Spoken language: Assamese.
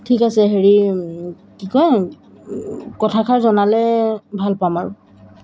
ঠিক আছে হেৰি কি কয় কথাষাৰ জনালে ভাল পাম আৰু